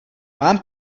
mám